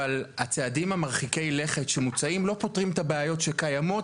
אבל הצעדים מרחיקי הלכת שמוצעים לא פותרים את הבעיות שקיימות,